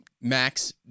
Max